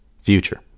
future